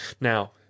Now